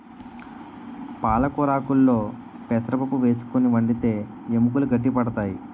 పాలకొరాకుల్లో పెసరపప్పు వేసుకుని వండితే ఎముకలు గట్టి పడతాయి